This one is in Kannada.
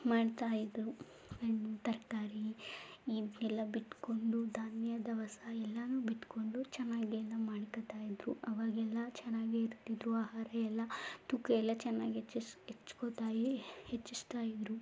ಮಾಡ್ತಾಯಿದ್ರು ಏನು ತರಕಾರಿ ಇದನ್ನೆಲ್ಲ ಬಿತ್ಕೊಂಡು ಧಾನ್ಯ ದವಸ ಎಲ್ಲನೂ ಬಿತ್ಕೊಂಡು ಚೆನ್ನಾಗಿ ಎಲ್ಲ ಮಾಡ್ಕೊಳ್ತಾಯಿದ್ರು ಆವಾಗೆಲ್ಲ ಚೆನ್ನಾಗೇ ಇರ್ತಿದ್ರು ಆಹಾರವೆಲ್ಲ ತೂಕವೆಲ್ಲ ಚನ್ನಾಗೆ ಹೆಚ್ಚಿಸಿ ಹೆಚ್ಕೊತಾಯೆ ಹೆಚ್ಚಿಸ್ತಾಯಿದ್ರು